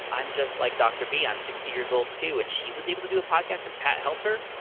i'm just like dr. b! i'm sixty years old, too, and she was able to do a podcast, and pat helped her?